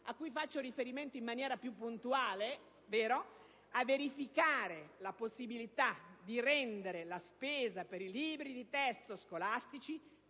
a cui faccio riferimento in maniera più puntuale, impegna il Governo a verificare la possibilità di rendere la spesa per i libri di testo scolastici